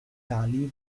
tali